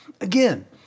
Again